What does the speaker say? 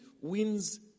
wins